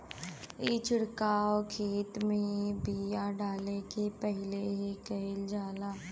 ई छिड़काव खेत में बिया डाले से पहिले ही कईल जाला